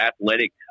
athletic